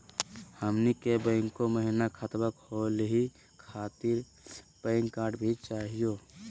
हमनी के बैंको महिना खतवा खोलही खातीर पैन कार्ड भी चाहियो?